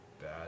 bad